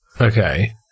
Okay